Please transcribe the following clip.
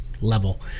level